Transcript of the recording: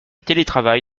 télétravail